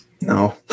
No